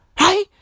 Right